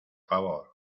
favor